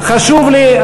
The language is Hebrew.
חשוב לי,